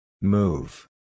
Move